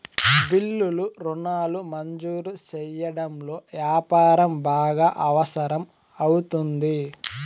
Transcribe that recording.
బిల్లులు రుణాలు మంజూరు సెయ్యడంలో యాపారం బాగా అవసరం అవుతుంది